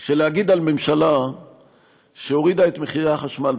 שלהגיד על ממשלה שהורידה את מחירי החשמל,